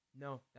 No